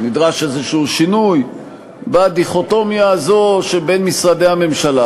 נדרש איזה שינוי בדיכוטומיה הזו שבין משרדי הממשלה,